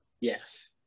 Yes